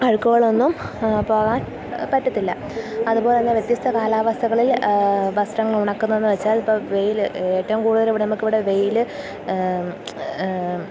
അഴുക്കുകളൊന്നും പോകാൻ പറ്റത്തില്ല അതുപോലെ തന്നെ വ്യത്യസ്ത കാലാവസ്ഥകളിൽ വസ്ത്രങ്ങൾ ഉണക്കുന്നതെന്നുവച്ചാൽ ഇപ്പോള് വെയില് ഏറ്റവും കൂടുതല് ഇവിടെ നമുക്കിവിടെ വെയില്